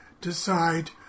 decide